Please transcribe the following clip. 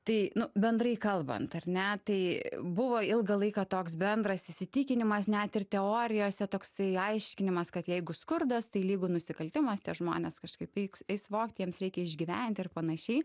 tai nu bendrai kalbant ar ne tai buvo ilgą laiką toks bendras įsitikinimas net ir teorijose toksai aiškinimas kad jeigu skurdas tai lygu nusikaltimas tie žmonės kažkaip eis vogt jiems reikia išgyvent ir panašiai